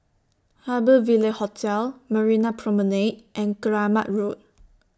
Harbour Ville Hotel Marina Promenade and Keramat Road